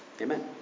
Amen